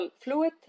fluid